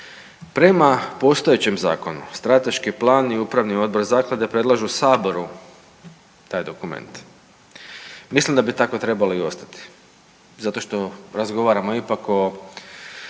Prema postojećem zakonu strateški plan i upravni odbor zaklade predlažu saboru taj dokument. Mislim da bi tako trebalo i ostati zato što razgovaramo ipak o